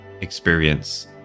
experience